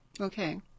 Okay